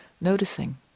noticing